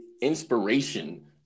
inspiration